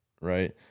right